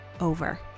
over